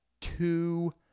two